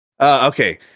okay